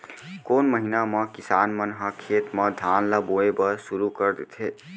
कोन महीना मा किसान मन ह खेत म धान ला बोये बर शुरू कर देथे?